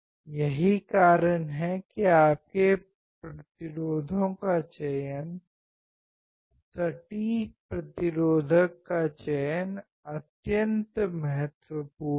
यही कारण है कि आपके प्रतिरोधों का चयन सटीक प्रतिरोधक का चयन अत्यंत महत्वपूर्ण है